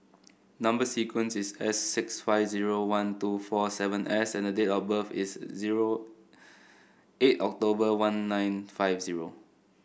number sequence is S six five zero one two four seven S and the date of birth is zero eight October one nine five zero